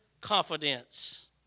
confidence